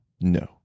No